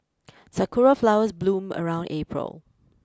sakura flowers bloom around April